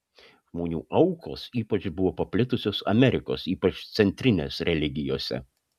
žmonių aukos ypač buvo paplitusios amerikos ypač centrinės religijose